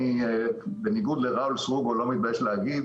ואני בניגוד לראול סטרוגו לא מתבייש להגיד